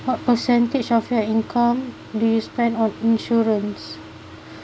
what percentage of your income do you spend on insurance